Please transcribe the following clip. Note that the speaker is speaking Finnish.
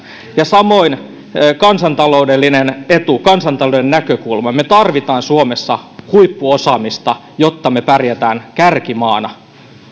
ja samoin on kansantaloudellinen etu kansantaloudellinen näkökulma me tarvitsemme suomessa huippuosaamista jotta me pärjäämme kärkimaana